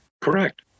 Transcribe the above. Correct